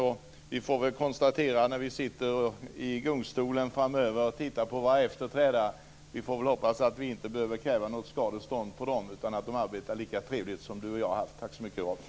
När vi framöver sitter i gungstolen och tittar på våra efterträdare får vi väl hoppas att vi inte behöver kräva något skadestånd utan att de arbetar på samma trevliga sätt som du och jag. Tack så mycket, Rolf!